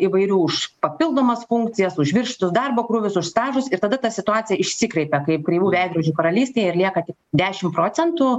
įvairių už papildomas funkcijas už viršytus darbo krūvius už stažus ir tada ta situacija išsikreipia kaip kreivų veidrodžių karalystėj ir lieka tik dešim procentų